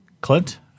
Clint